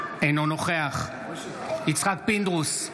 יצחק פינדרוס,